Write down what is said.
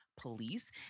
police